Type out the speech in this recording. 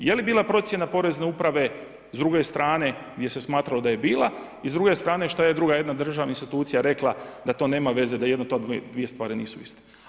Je li bio procjena Porezne uprave s druge strane, gdje se smatralo da je bila, i s druge strane šta je jedna druga državna institucija rekla, da to nema veze, da jedno od te dvije stvari nisu iste.